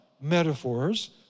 metaphors